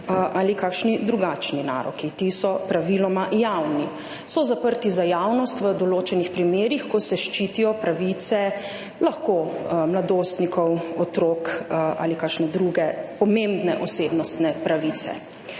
ali kakšni drugačni naroki. Ti so praviloma javni, so zaprti za javnost v določenih primerih, ko se ščitijo pravice lahko mladostnikov, otrok ali kakšne druge pomembne osebnostne pravice,